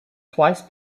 twice